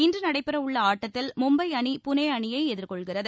இன்று நடைபெற உள்ள ஆட்டத்தில் மும்பை அணி புனே அணியை எதிர்கொள்கிறது